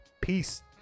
peace